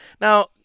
Now